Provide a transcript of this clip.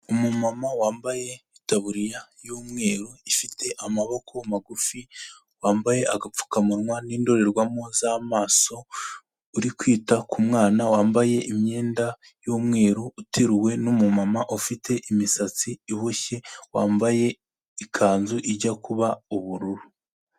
Umumama wambaye itaburiya y'umweru ifite amaboko magufi, wambaye agapfukamunwa n'indorerwamo z'amaso, uri kwita ku mwana wambaye imyenda y'umweru, uteruwe n'umumama ufite imisatsi iboshye, wambaye ikanzu ijya kuba ubururu.